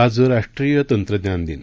आज राष्ट्रीय तंत्रज्ञान दिन